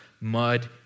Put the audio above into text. mud